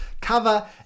cover